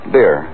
Beer